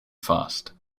fast